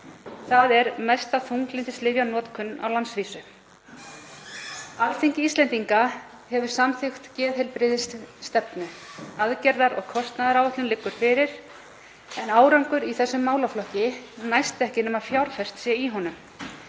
þar er mest þunglyndislyfjanotkun á landsvísu. Alþingi Íslendinga hefur samþykkt geðheilbrigðisstefnu, aðgerða- og kostnaðaráætlun liggur fyrir, en árangur í þessum málaflokki næst ekki nema fjárfest sé í honum.